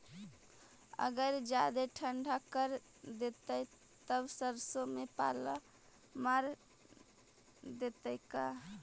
अगर जादे ठंडा कर देतै तब सरसों में पाला मार देतै का?